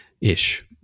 ish